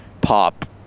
pop